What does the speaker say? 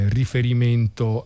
riferimento